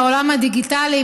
בעולם הדיגיטלי,